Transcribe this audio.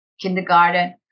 Kindergarten